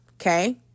okay